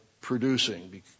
producing